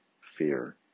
fear